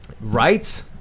Right